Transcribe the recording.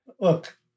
Look